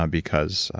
um because.